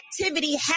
activity